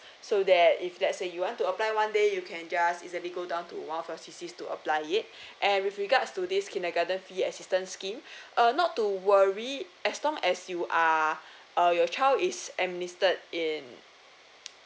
so that if let's say you want to apply one day you can just easily go down to one of C_C to apply it and with regards to this kindergarten fee assistant scheme uh not to worry as long as you are uh your child is administered in